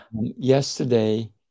Yesterday